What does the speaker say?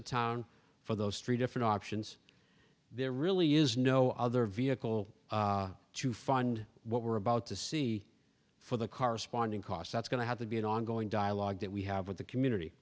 the town for those three different options there really is no other vehicle to fund what we're about to see for the corresponding cost that's going to have to be an ongoing dialogue that we have with the community